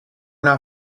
not